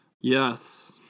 Yes